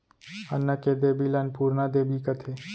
अन्न के देबी ल अनपुरना देबी कथें